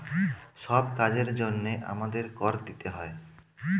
সব কাজের জন্যে আমাদের কর দিতে হয়